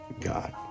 God